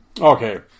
okay